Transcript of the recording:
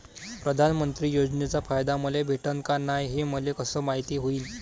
प्रधानमंत्री योजनेचा फायदा मले भेटनं का नाय, हे मले कस मायती होईन?